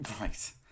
Right